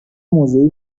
موضعی